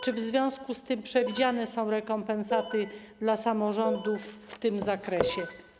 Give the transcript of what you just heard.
Czy w związku z tym przewidziane są rekompensaty dla samorządów w tym zakresie?